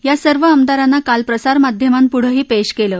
या सर्व आमदारांना काल प्रसार माध्यमांपुढंही पेश केलं